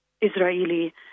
Israeli